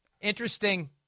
interesting